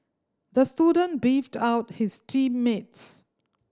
the student beefed out his team mates